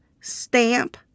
stamp